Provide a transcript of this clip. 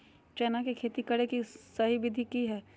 चना के खेती करे के सही विधि की हय?